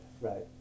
Right